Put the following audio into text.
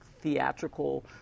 theatrical